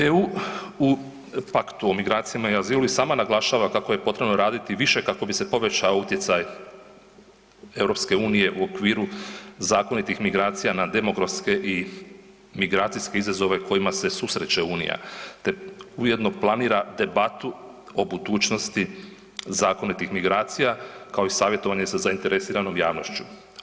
EU u Paktu o migracijama i azilu i sama naglašava kako je potrebno raditi više kako bi se povećao utjecaj EU u okviru zakonitih migracija na demografske i migracijske izazove kojima se susreće Unija te ujedno planira debatu o budućnosti zakonitih migracija kao i savjetovanje sa zainteresiranom javnošću.